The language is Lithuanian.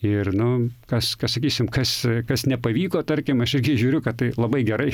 ir nu kas kas sakysim kas kas nepavyko tarkim aš irgi žiūriu kad tai labai gerai